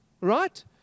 right